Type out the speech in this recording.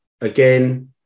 again